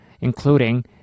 including